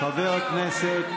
חבר הכנסת,